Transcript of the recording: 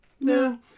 No